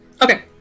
Okay